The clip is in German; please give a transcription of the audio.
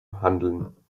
handeln